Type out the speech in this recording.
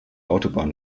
autobahn